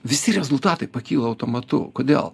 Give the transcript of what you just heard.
visi rezultatai pakyla automatu kodėl